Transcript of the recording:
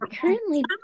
currently